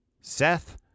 Seth